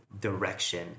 direction